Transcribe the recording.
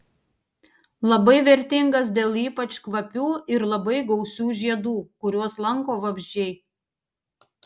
labai vertingas dėl ypač kvapių ir labai gausių žiedų kuriuos lanko vabzdžiai